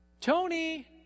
Tony